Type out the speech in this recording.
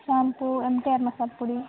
shampoo M T R masala ಪುಡಿ